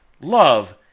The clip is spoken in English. Love